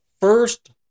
first